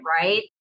Right